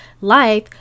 life